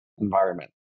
environment